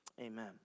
amen